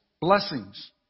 blessings